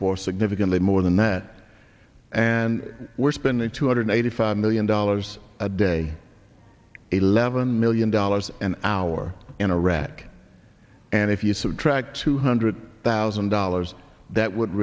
for significantly more than that and we're spending two hundred eighty five million dollars a day eleven million dollars an hour in a wreck and if you subtract two hundred thousand dollars that would